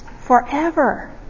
forever